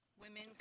women